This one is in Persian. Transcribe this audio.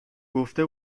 گفته